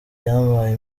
yampaye